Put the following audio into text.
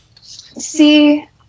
see